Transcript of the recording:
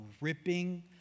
ripping